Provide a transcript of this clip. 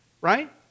right